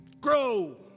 Grow